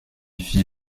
fit